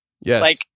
Yes